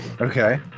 Okay